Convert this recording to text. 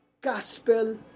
gospel